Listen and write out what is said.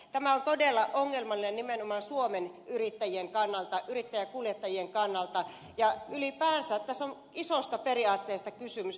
tämä on todella ongelmallinen nimenomaan suomen yrittäjäkuljettajien kannalta ja ylipäänsä tässä on isosta periaatteesta kysymys